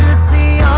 sea